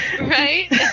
Right